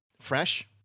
Fresh